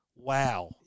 Wow